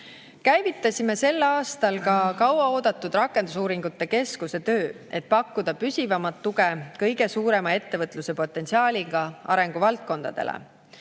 Käivitasime sel aastal ka kauaoodatud rakendusuuringute keskuse töö, et pakkuda püsivamat tuge kõige suurema ettevõtluse potentsiaaliga arenguvaldkondadele.